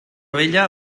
vella